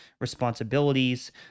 responsibilities